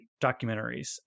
documentaries